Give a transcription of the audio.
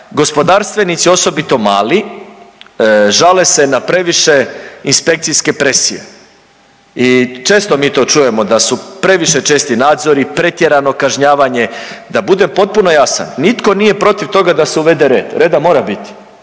Gospodarstvenici, osobito mali, žale se na previše inspekcijske presije i često mi to čujemo da su previše česti nadzori, pretjerano kažnjavanje. Da budem potpuno jasan, nitko nije protiv toga da se uvede red, reda mora biti